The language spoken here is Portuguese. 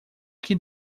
que